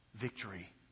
victory